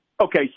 Okay